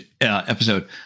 episode